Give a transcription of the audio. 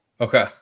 Okay